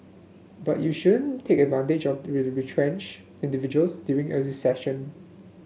but you shouldn't take advantage of retrenched individuals during a recession